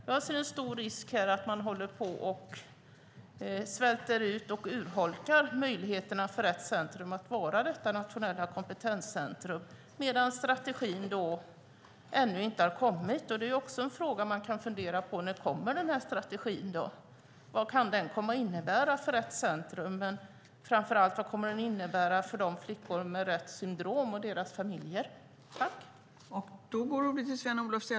Jag ser en stor risk här att man håller på att svälta ut och urholka möjligheterna för Rett Center att vara ett nationellt kompetenscentrum medan strategin ännu inte har kommit. En fråga som man också kan fundera på är: När kommer denna strategi? Vad kan den komma att innebära för Rett Center och framför allt för de flickor som har Retts syndrom och för deras familjer?